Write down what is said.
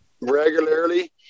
regularly